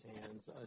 hands